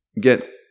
get